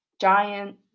Giant